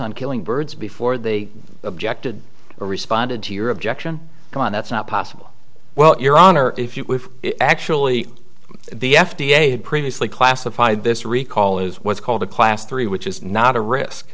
on killing birds before they objected or responded to your objection come on that's not possible well your honor if you actually the f d a had previously classified this recall is what's called a class three which is not a risk